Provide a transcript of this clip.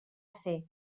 ser